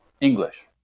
English